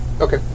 Okay